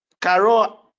Caro